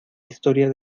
historia